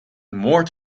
moord